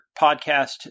podcast